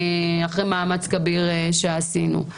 אחרי מאמץ כביר שעשינו.